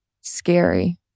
scary